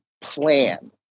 plan